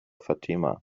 fatima